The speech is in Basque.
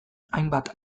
hainbat